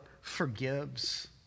forgives